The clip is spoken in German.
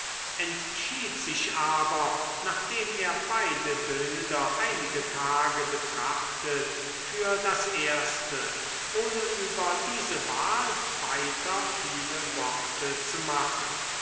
entschied sich aber nachdem er beide bilder einige tage betrachtet für das erste ohne über diese wahl weiter viele worte zu machen